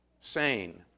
sane